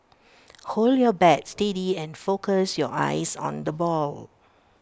hold your bat steady and focus your eyes on the ball